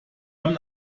haben